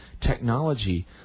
technology